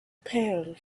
pail